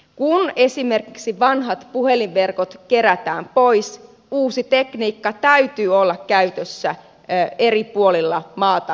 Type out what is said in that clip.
kun esimerkiksi vanhat puhelinverkot kerätään pois uuden tekniikan täytyy olla käytössä eri puolilla maata tasavertaisesti